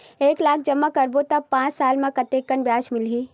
एक लाख जमा करबो त पांच साल म कतेकन ब्याज मिलही?